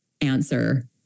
answer